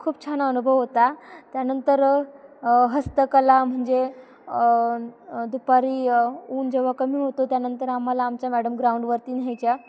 खूप छान अनुभव होता त्यानंतर हस्तकला म्हणजे दुपारी ऊन जेव्हा कमी होतो त्यानंतर आम्हाला आमच्या मॅडम ग्राउंडवरती न्यायच्या